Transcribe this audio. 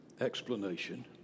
explanation